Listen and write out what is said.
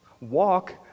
Walk